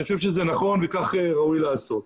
אני חושב שזה נכון וכך ראוי לעשות.